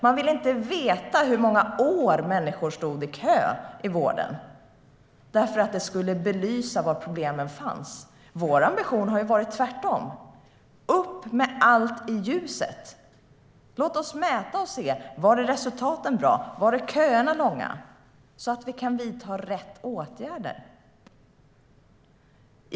Man ville inte veta i hur många år människor stod i kö i vården eftersom det skulle belysa var problemen fanns. Vår ambition har varit tvärtom: Upp med allt i ljuset! Låt oss mäta och se. Var är resultaten bra? Var är köerna långa? Då kan vi vidta rätt åtgärder.